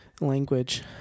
language